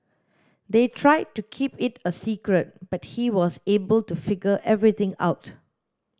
they tried to keep it a secret but he was able to figure everything out